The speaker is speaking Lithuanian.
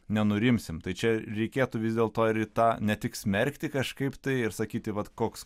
nenurimsim tai čia reikėtų vis dėlto ir į tą ne tik smerkti kažkaip tai ir sakyti vat koks